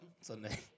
Sunday